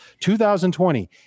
2020